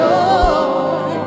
Lord